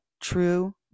true